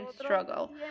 struggle